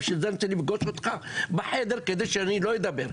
בשביל זה אני רוצה לפגוש אותך בחדר כדי שאני לא אדבר.